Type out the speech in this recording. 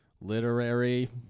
literary